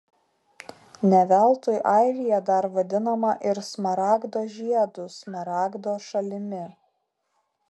ne veltui airija dar vadinama ir smaragdo žiedu smaragdo šalimi